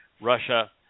Russia